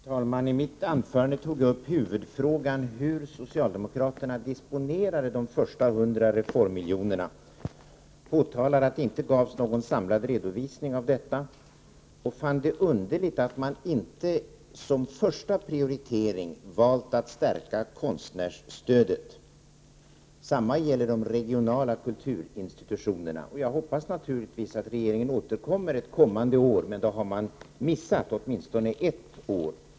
Herr talman! I mitt anförande berörde jag huvudfrågan, nämligen hur socialdemokraterna disponerat de s.k. 100 reformmiljonerna. Jag påtalade att det inte gavs någon samlad redovisning på den punkten och fann det underligt att regeringen inte som första prioritering valt att stärka konstnärsstödet. Detsamma gäller de regionala kulturinstitutionerna. Jag hoppas naturligtvis att regeringen återkommer ett senare år, men regeringen har i alla fall missat åtminstone ett år.